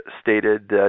stated